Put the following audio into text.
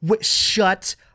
shut